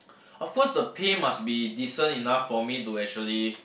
of course the pay must be decent enough for me to actually